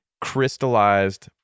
crystallized